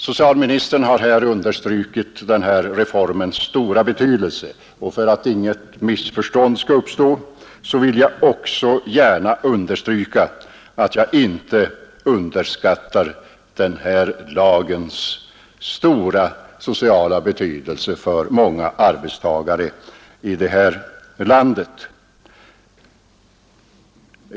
Socialministern har framhållit reformens stora betydelse, och för att inget missförstånd skall uppstå vill också jag gärna understryka att jag inte underskattar den stora sociala betydelse denna lag har för många arbetstagare i vårt land.